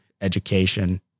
education